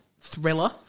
thriller